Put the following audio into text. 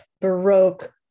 Baroque